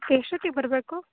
ಎಷ್ಟೊತ್ತಿಗೆ ಬರಬೇಕು